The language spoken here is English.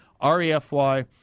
R-E-F-Y